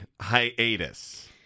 hiatus